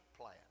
plan